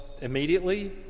immediately